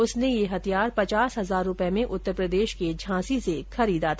उसने यह हथियार पचास हजार रुपए में उत्तर प्रदेश के झांसी से खरीदा था